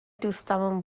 دوستامون